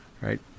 right